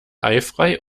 eifrei